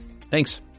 Thanks